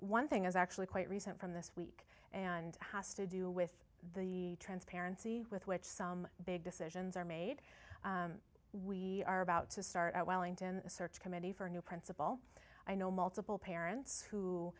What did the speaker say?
one thing is actually quite recent from this week and has to do with the transparency with which some big decisions are made we are about to start a search committee for a new principal i know multiple parents who